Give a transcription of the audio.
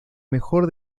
mejor